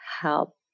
help